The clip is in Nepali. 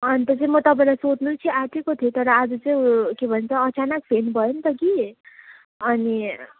अन्त चाहिँ म तपाईँलाई सोध्न चाहिँ आँटेको थिएँ तर आज चाहिँ ऊ के भन्छ अचानक फेन्ट भयो नि त कि अनि